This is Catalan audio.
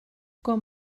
com